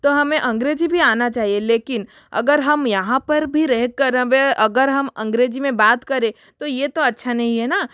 तो हमें अंग्रेजी भी आना चाहिए लेकिन अगर हम यहाँ पर भी रहकर अगर हम अंग्रेजी में बात करें तो ये तो अच्छा नहीं है ना